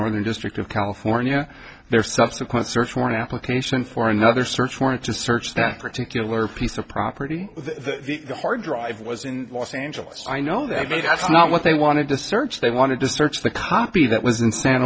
northern district of california their subsequent search warrant application for another search warrant to search that particular piece of property the hard drive was in los angeles i know that maybe that's not what they wanted to search they wanted to search the copy that was in san